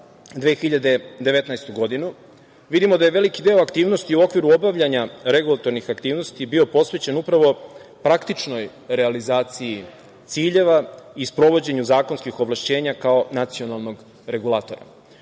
2019. godinu, vidimo da je veliki deo aktivnosti u okviru obavljanja regulatornih aktivnosti bio posvećen upravo praktičnoj realizaciji ciljeva i sprovođenju zakonskih ovlašćenja kao nacionalnog regulatora.U